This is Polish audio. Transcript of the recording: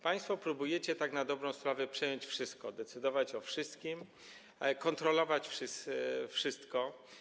Państwo próbujecie tak na dobrą sprawę przejąć wszystko, decydować o wszystkim, kontrolować wszystko.